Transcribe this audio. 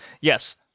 Yes